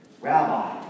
rabbi